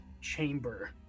chamber